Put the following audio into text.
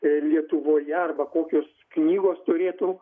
lietuvoje arba kokios knygos turėtų